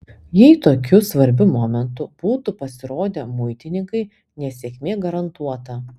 jei tokiu svarbiu momentu būtų pasirodę muitininkai nesėkmė garantuota